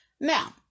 Now